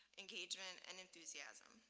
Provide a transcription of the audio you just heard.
engagement, and enthusiasm.